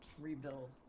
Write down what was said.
Rebuild